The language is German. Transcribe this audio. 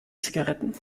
zigaretten